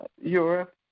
Europe